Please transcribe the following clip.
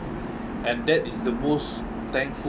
and that is the most thankful